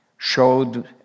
showed